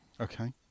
Okay